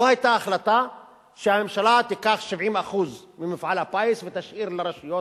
לא היתה החלטה שהממשלה תיקח 70% ממפעל הפיס ותשאיר לרשויות